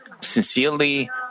sincerely